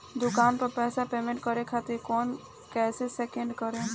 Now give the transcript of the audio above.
दूकान पर पैसा पेमेंट करे खातिर कोड कैसे स्कैन करेम?